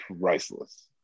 priceless